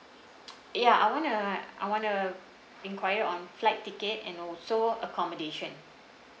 ya I want to want to enquire on flight ticket and also accommodation